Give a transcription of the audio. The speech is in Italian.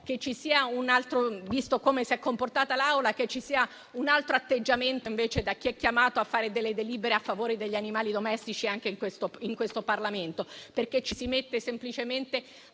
che ci sia un altro atteggiamento da parte di chi è chiamato a fare delle delibere a favore degli animali domestici in questo Parlamento, perché ci si mette semplicemente